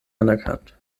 anerkannt